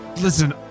Listen